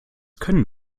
können